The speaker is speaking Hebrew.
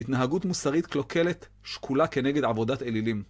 התנהגות מוסרית קלוקלת, שקולה כנגד עבודת אלילים.